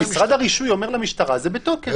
משרד הרישוי אומר למשטרה שזה בתוקף.